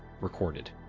recorded